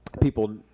people